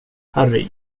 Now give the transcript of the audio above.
harry